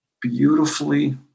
beautifully